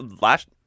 last